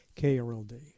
KRLD